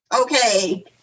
okay